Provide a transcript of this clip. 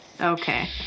Okay